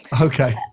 Okay